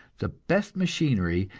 the best machinery,